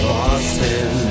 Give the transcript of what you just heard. Boston